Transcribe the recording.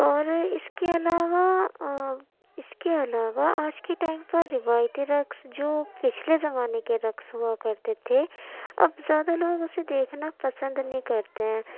اور اس کے علاوہ اس کے علاوہ آج کے ٹائم پر روایتی رقص جو پچھلے زمانے کے رقص ہوا کرتے تھے اب زیادہ لوگ اسے دیکھنا پسند نہیں کرتے ہیں